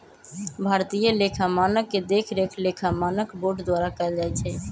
भारतीय लेखा मानक के देखरेख लेखा मानक बोर्ड द्वारा कएल जाइ छइ